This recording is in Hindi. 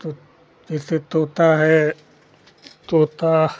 तो जैसे तोता है तोता